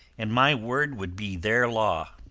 and my word would be their law.